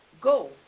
go